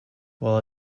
while